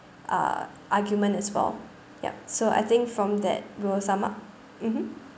uh argument as well yup so I think from that we will sum up mmhmm